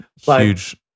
huge